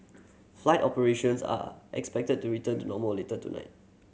flight operations are expected to return to normal later tonight